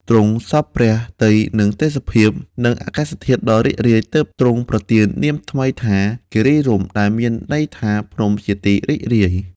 ទ្រង់សព្វព្រះទ័យនឹងទេសភាព និងអាកាសធាតុដ៏រីករាយ ទើបទ្រង់ប្រទាននាមថ្មីថា "គិរីរម្យ" ដែលមានន័យថា "ភ្នំជាទីរីករាយ"។